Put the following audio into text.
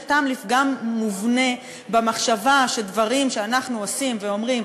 יש טעם לפגם מובנה במחשבה שדברים שאנחנו עושים ואומרים,